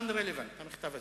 non relevant, המכתב הזה.